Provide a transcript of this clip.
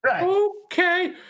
Okay